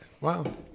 wow